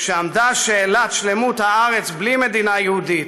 כשעמדה שאלת שלמות הארץ בלי מדינה יהודית,